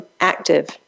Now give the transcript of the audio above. active